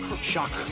shock